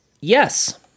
yes